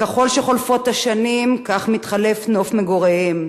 ככל שחולפות השנים כך מתחלף נוף מגוריהם: